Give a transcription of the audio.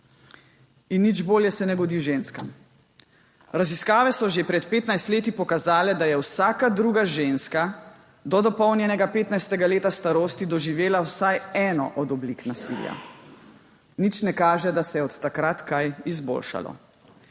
Nič bolje se ne godi ženskam. Raziskave so že pred 15 leti pokazale, da je vsaka druga ženska do dopolnjenega 15. leta starosti doživela vsaj eno od oblik nasilja. Nič ne kaže, da se je od takrat kaj izboljšalo.